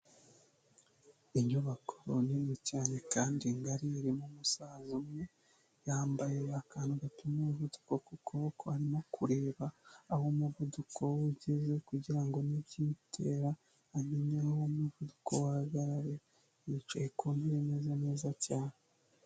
Inyubako nini cyane kandi ngari, irimo umusaza umwe yambaye akantu gatotuma umuvuduko w'ukuboko arimo kureba aho umuvuduko ugeze kugira ngo n'iwumutera amenya umuvuduko wahagarare yicaye ku ntebe imeza neza cyane.